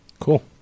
Cool